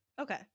Okay